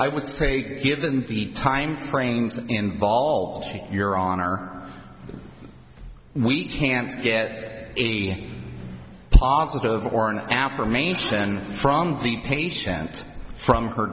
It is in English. i would say given the time frames involved your honor we can't get a positive or an affirmation from the patient from her